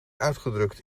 uitgedrukt